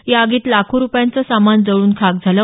या आगीत लाखो रुपयांचं सामान जळून खाक झालं